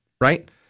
right